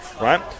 Right